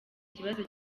ikibazo